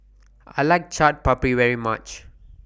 I like Chaat Papri very much